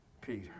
Peter